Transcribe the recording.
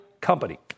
company